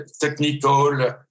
technical